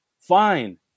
fine